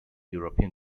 european